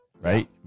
right